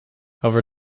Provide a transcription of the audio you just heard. over